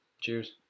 Cheers